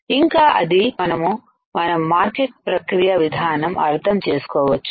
ఇంకా అది మనము మన మార్కెట్ ప్రక్రియ విధానం అర్థం చేసుకోవచ్చు